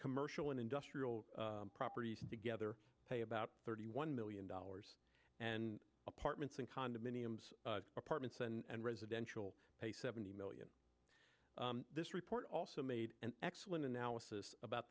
commercial and industrial properties together pay about thirty one million dollars and apartments and condominiums apartments and residential pay seventy million this report also made an excellent analysis about